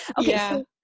Okay